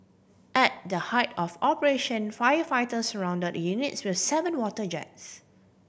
at the height of operation firefighters surround the units with seven water jets